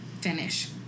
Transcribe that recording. finish